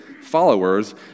followers